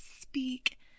speak